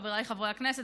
חבריי חברי הכנסת,